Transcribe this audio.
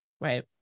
Right